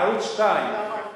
בערוץ-22,